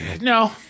no